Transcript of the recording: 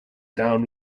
down